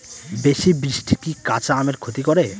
বেশি বৃষ্টি কি কাঁচা আমের ক্ষতি করে?